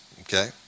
okay